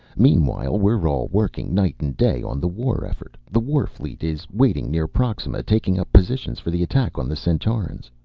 meanwhile, we're all working night and day on the war effort. the warfleet is waiting near proxima, taking up positions for the attack on the centaurans.